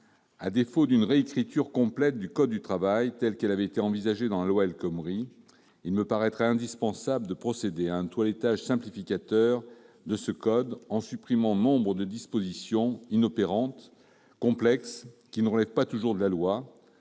à défaut d'une réécriture complète du code du travail, telle qu'elle avait été envisagée dans la loi El Khomri, il me paraîtrait indispensable de procéder à un toilettage simplificateur de ce code en supprimant nombre de dispositions inopérantes, complexes, qui ne relèvent pas toujours de la loi